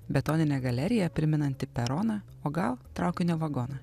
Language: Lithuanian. betoninė galerija primenanti peroną o gal traukinio vagoną